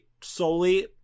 solely